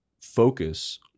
focus